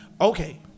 okay